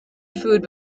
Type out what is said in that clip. food